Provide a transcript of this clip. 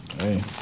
Hey